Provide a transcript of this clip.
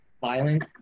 violent